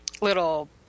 little